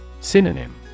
Synonym